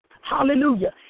Hallelujah